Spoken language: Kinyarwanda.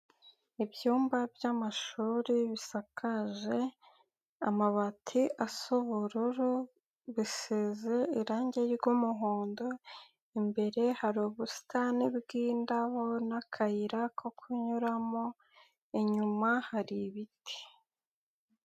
Ibyumba by'amashuri bisakaje amabati asa ubururu busize irangi ry'umuhondo imbere hari ubusitani bwindabo n'akayira ko kunyuramo inyuma hari ibiti.